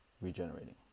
regenerating